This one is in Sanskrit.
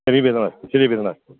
शरीरवेदना अस्ति शरीरवेदना अस्ति